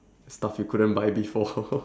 stuff you couldn't buy before